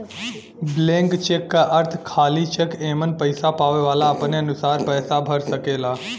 blank cheque क अर्थ खाली चेक एमन पैसा पावे वाला अपने अनुसार पैसा भर सकेला